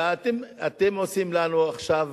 ואתם עושים לנו עכשיו,